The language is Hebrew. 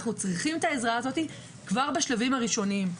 אנחנו צרכים את העזרה הזו כבר בשלבים הראשונים.